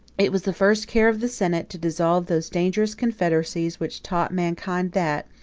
it was the first care of the senate to dissolve those dangerous confederacies, which taught mankind that,